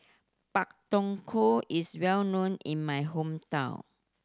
Pak Thong Ko is well known in my hometown